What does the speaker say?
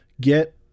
get